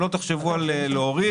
שלא תחשבו להוריד,